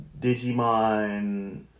Digimon